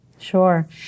Sure